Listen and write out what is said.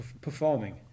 performing